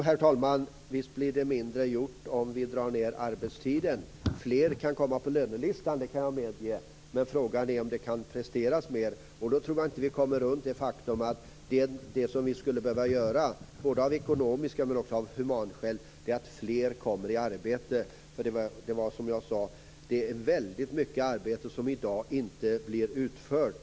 Herr talman! Visst blir det mindre gjort, om vi drar ned på arbetstiden. Jag kan medge att det kan komma upp fler på lönelistan, men frågan är om det kan presteras mer. Jag tror inte att vi kommer förbi det faktum att det som vi skulle behöva göra, både av ekonomiska och av humana skäl, är att få fler i arbete. Som jag sade är det väldigt mycket arbete som i dag inte blir utfört.